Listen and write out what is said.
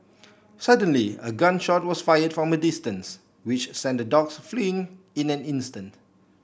suddenly a gun shot was fired from a distance which sent the dogs fleeing in an instant